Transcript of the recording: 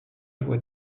loi